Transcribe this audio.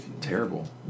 terrible